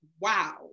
wow